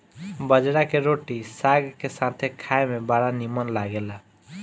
बजरा के रोटी साग के साथे खाए में बड़ा निमन लागेला